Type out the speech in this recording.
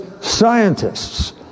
scientists